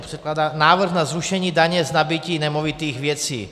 Předkládá návrh na zrušení daně z nabytí nemovitých věcí.